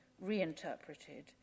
reinterpreted